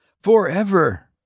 Forever